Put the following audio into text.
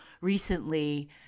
Recently